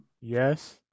yes